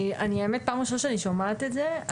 האמת פעם ראשונה שאני שומעת את זה.